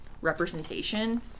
representation